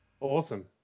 Awesome